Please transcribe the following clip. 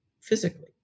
physically